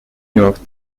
york